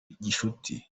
gicuti